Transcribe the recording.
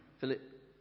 Philip